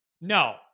No